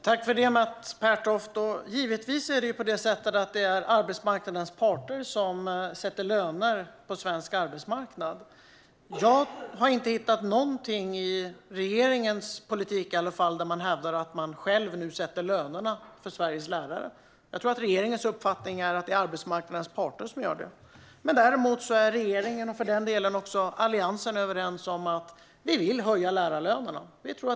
Herr talman! Tack, Mats Pertoft! Det är givetvis arbetsmarknadens parter som sätter löner på svensk arbetsmarknad. Jag har inte hittat någonting i regeringens politik som säger att det nu är regeringen själv som sätter lönerna för Sveriges lärare. Jag tror att regeringens uppfattning är att det är arbetsmarknadens parter som gör det. Däremot är regeringen och Alliansen överens om att vi vill höja lärarlönerna.